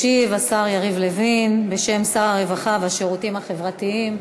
ישיב השר יריב לוין בשם שר הרווחה והשירותים החברתיים.